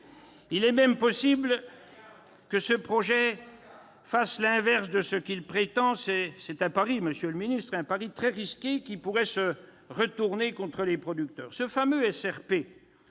Il est même possible que le projet de loi fasse l'inverse de ce qu'il prétend. C'est un pari, monsieur le ministre. Et ce pari très risqué pourrait se retourner contre les producteurs. Je suis